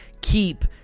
keep